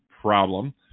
problem